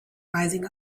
rising